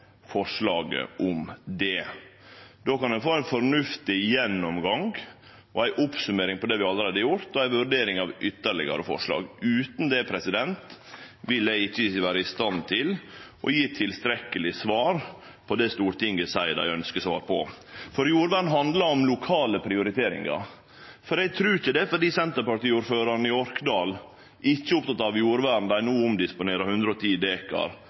forslaget om det. Då kan ein få ein fornuftig gjennomgang, ei oppsummering av det vi allereie har gjort, og ei vurdering av ytterlegare forslag. Utan det vil eg ikkje vere i stand til å gje tilstrekkelege svar på det som Stortinget seier at dei ønskjer svar på. Jordvern handlar om lokale prioriteringar. Eg trur ikkje det er fordi Senterparti-ordføraren i Orkdal ikkje er oppteken av jordvern at dei no omdisponerer 110